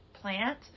plant